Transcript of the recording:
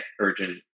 urgent